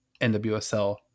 NWSL